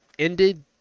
ended